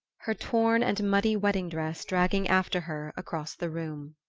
her torn and muddy wedding-dress dragging after her across the room.